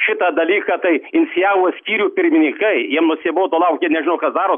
šitą dalyką tai inicijavo skyrių pirmininkai jiem nusibodo laukt jie nežinau ką daro